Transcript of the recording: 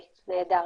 פקס.